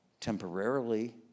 temporarily